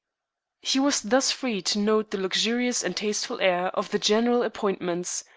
he was thus free to note the luxurious and tasteful air of the general appointments,